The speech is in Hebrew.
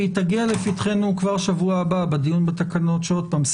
והיא תגיע לפתחנו כבר בשבוע הבא בדיון בתקנות שעוד פעם,